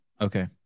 Okay